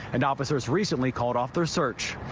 and officers recently called off their search.